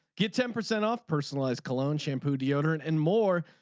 get ten percent off personalized cologne shampoo deodorant and more.